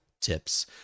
tips